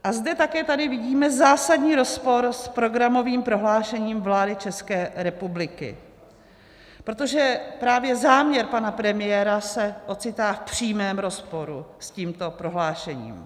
A zde také vidíme zásadní rozpor s programovým prohlášením vlády České republiky, protože právě záměr pana premiéra se ocitá v přímém rozporu s tímto prohlášením.